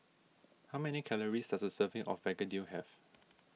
how many calories does a serving of Begedil have